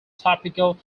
topical